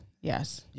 Yes